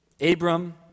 Abram